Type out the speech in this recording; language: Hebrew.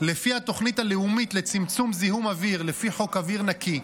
לפי התוכנית הלאומית לצמצום זיהום אוויר לפי חוק אוויר נקי,